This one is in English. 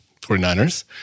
49ers